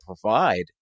provide